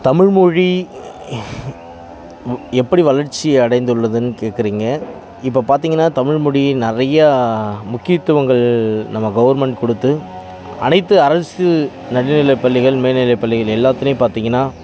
தமிழ்மொழி மு எப்படி வளர்ச்சியடைந்துள்ளதுன்னு கேட்கறீங்க இப்போது பார்த்தீங்கன்னா தமிழ்மொழி நிறையா முக்கியத்துவங்கள் நம்ம கவர்மெண்ட் கொடுத்து அனைத்து அரசு நடுநிலைப்பள்ளிகள் மேல்நிலைப்பள்ளிகள் எல்லாத்துலேயும் பார்த்தீங்கன்னா